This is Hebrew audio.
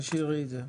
תשאירי את זה.